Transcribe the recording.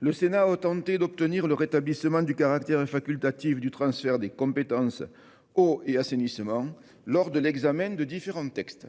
le Sénat a tenté d'obtenir le rétablissement du caractère facultatif du transfert des compétences eau et assainissement lors de l'examen de différents textes.